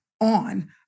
on